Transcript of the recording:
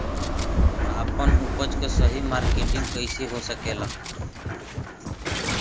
आपन उपज क सही मार्केटिंग कइसे हो सकेला?